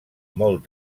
molt